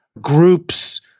group's